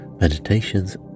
meditations